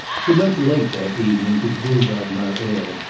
he went late that evening to the boulevard malesherbes,